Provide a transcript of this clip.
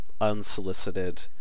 unsolicited